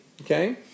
Okay